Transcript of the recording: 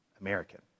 American